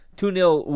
Two-nil